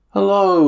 Hello